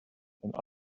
and